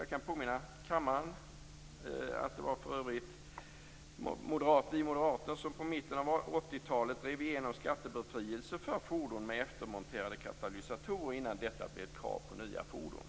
Jag kan påminna kammaren om att det för övrigt var vi moderater som i mitten av 80-talet drev igenom skattebefrielse för fordon med eftermonterade katalysatorer innan detta blev ett krav på nya fordon.